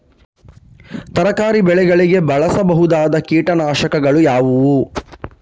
ತರಕಾರಿ ಬೆಳೆಗಳಿಗೆ ಬಳಸಬಹುದಾದ ಕೀಟನಾಶಕಗಳು ಯಾವುವು?